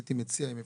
הייתי מציע אם אפשר,